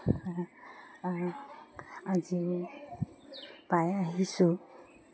আজি পাই আহিছোঁ